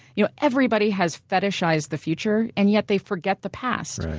you know everybody has fetishizes the future and yet they forget the past.